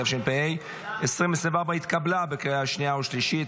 התשפ"ה 2024 התקבלה בקריאה שנייה ושלישית,